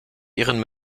ihren